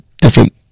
different